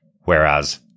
whereas